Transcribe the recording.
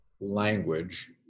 language